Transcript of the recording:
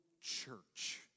church